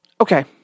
Okay